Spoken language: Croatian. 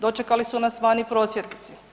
Dočekali su nas vani prosvjednici.